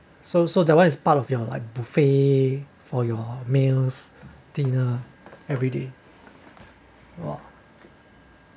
so so that one is part of your like buffet for your meals dinner every day !wah!